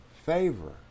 favor